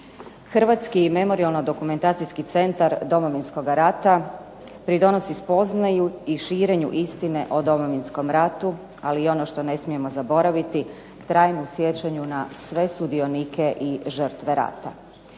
Hrvatski memorijalno-dokumentacijski centar Domovinskoga rata pridonosi spoznaju i širenju istine o Domovinskom ratu, ali i ono što ne smijemo zaboraviti trajnom sjećanju na sve sudionike i žrtve rata.